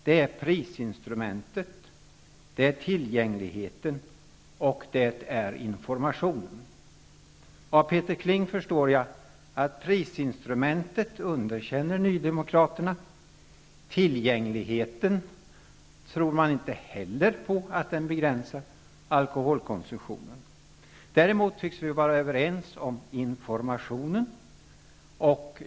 Det är prisinstrumentet, tillgängligheten och informationen. Av det som Peter Kling sade förstår jag att nydemokraterna underkänner prisinstrumentet. De tror inte heller att tillgängligheten har någon betydelse när det gäller alkoholkonsumtionen. Däremot tycks vi vara överens om informationen.